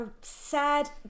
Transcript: sad